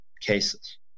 cases